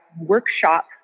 workshop